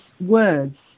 words